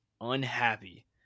unhappy